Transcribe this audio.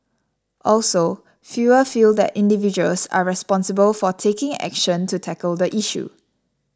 also fewer feel that individuals are responsible for taking action to tackle the issue